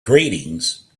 greetings